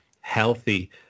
healthy